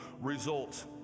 results